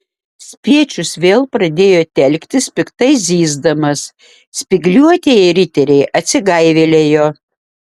spiečius vėl pradėjo telktis piktai zyzdamas spygliuotieji riteriai atsigaivelėjo